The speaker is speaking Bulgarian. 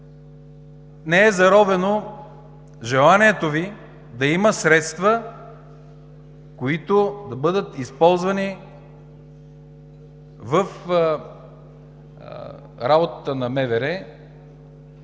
не е заровено желанието Ви да има средства, които да бъдат използвани в работата на МВР